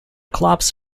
clubs